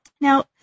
Now